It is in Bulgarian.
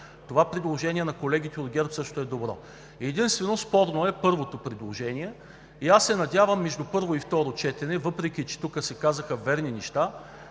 Това предложение на колегите от ГЕРБ също е добро. Единствено спорно е първото предложение. Аз се надявам между първо и второ четене, въпреки че тук се казаха верни неща